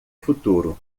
futuro